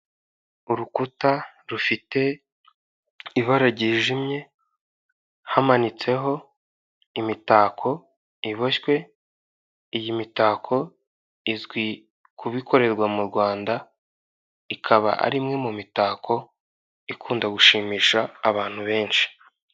Urukuta rufite ibara ryijimye hamanitseho imitako iboshywe, iyi mitako izwi kuba ikorerwa mu Rwanda ikaba ari imwe mu mitako ikunda gushimisha abantu benshi.